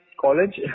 college